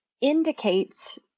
indicates